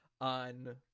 on